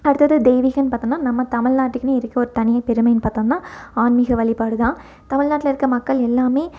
அடுத்தது தெய்வீகம்னு பார்த்தோனா நம்ம தமிழ்நாட்டுக்குனே இருக்க ஒரு தனி பெருமைனு பார்த்தோனா ஆன்மீக வழிபாடுதான் தமிழ்நாட்டில் இருக்க மக்கள் எல்லாமே